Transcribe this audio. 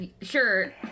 Sure